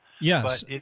Yes